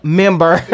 member